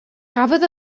cafodd